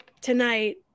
tonight